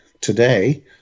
today